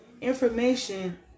information